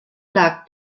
lag